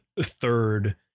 third